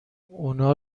اونا